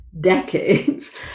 Decades